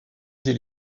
dès